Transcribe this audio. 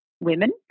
women